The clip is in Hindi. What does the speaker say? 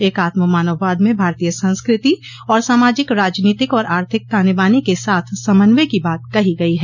एकात्म मानव वाद में भारतीय संस्कृति और सामाजिक राजनीतिक और आर्थिक ताने बाने के साथ समन्वय की बात कही गई है